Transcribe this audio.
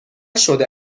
شده